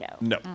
No